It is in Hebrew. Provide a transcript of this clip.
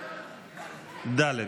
ד'.